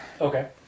Okay